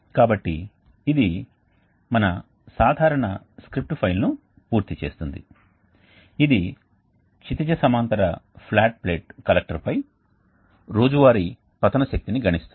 కాబట్టి ఇది మన సాధారణ స్క్రిప్ట్ ఫైల్ను పూర్తి చేస్తుంది ఇది క్షితిజ సమాంతర ఫ్లాట్ ప్లేట్ కలెక్టర్పై రోజువారీ పతన శక్తి ని గణిస్తుంది